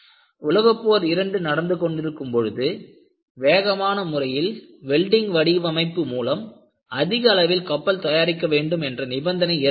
உலகப் போர் 2 நடந்து கொண்டிருக்கும் பொழுது வேகமான முறையில் வெல்டிங் வடிவமைப்பு மூலம் அதிக அளவில் கப்பல் தயாரிக்க வேண்டும் என்ற நிபந்தனை ஏற்பட்டது